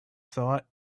thought